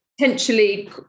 potentially